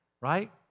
right